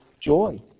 joy